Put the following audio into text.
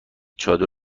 چادر